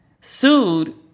sued